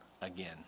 again